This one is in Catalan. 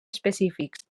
específics